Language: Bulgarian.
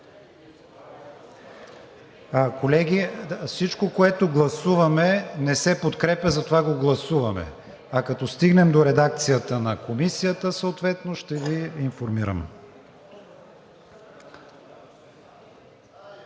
Колеги, всичко, което гласуваме, не се подкрепя, затова го гласуваме, а като стигнем до редакция на Комисията, съответно ще Ви информирам.